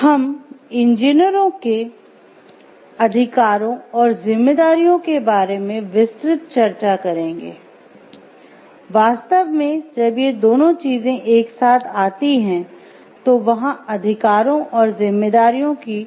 हम इंजीनियरों के अधिकारों और जिम्मेदारियों के बारे में विस्तृत चर्चा करेंगे वास्तव में जब ये दोनों चीजें एक साथ आती हैं तो वहाँ अधिकारों और जिम्मेदारियों की